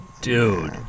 dude